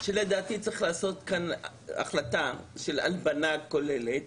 שלדעתי צריך לעשות כאן החלטה של הלבנה כוללת.